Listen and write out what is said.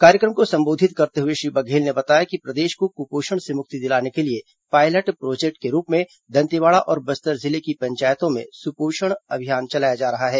कार्यक्रम को संबोधित करते हुए श्री बघेल ने बताया कि प्रदेश को कुपोषण से मुक्ति दिलाने के लिए पायलट प्रोजेक्ट के रूप में दंतेवाड़ा और बस्तर जिले की पंचायतों में सुपोषण अभियान चलाया जा रहा है